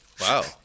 wow